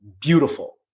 Beautiful